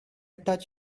touch